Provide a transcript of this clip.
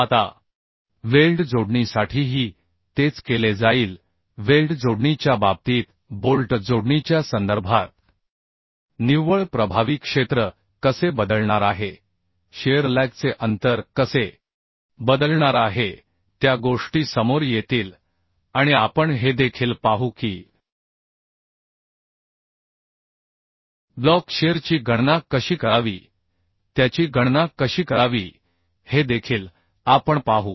आता वेल्ड जोडणीसाठीही तेच केले जाईल बोल्ट जोडणीच्या संदर्भात निव्वळ प्रभावी क्षेत्र कसे बदलणार आहे शिअर लॅगचे अंतर कसे बदलणार आहे त्या गोष्टी समोर येतील आणि आपण हे देखील पाहू की ब्लॉक शिअरची गणना कशी करावी त्याची गणना कशी करावी हे देखील आपण पाहू